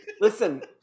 Listen